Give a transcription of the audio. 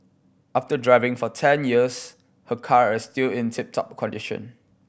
after driving for ten years her car is still in tip top condition